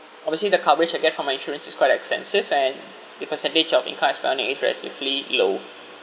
obviously the coverage I get from my insurance it's quite extensive and the percentage of income I spend in it is relatively low